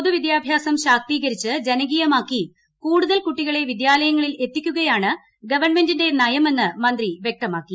പൊതു വിദ്യാഭ്യാസം ശാക്തീകരിച്ച് ജനകീയമാക്കി കൂടുതൽ കുട്ടികളെ വിദ്യാലയങ്ങളിൽ എത്തിക്കുകയാണ് ഗവൺമെന്റിന്റെ നയമെന്ന് മന്ത്രി വൃക്തമാക്കി